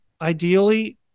ideally